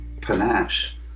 panache